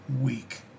week